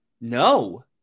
No